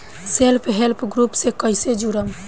Self help group से कइसे जुड़म?